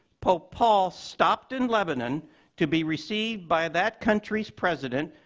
pope paul stopped in lebanon to be received by that country's president,